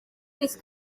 gris